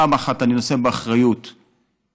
פעם אחת אני נושא באחריות תקציבית,